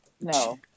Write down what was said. No